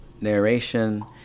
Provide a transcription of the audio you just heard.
narration